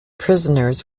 prisoners